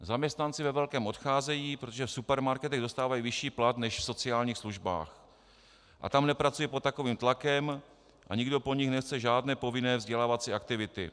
Zaměstnanci ve velkém odcházejí, protože v supermarketech dostávají vyšší plat než v sociálních službách a tam nepracují pod takovým tlakem a nikdo po nich nechce žádné povinné vzdělávací aktivity.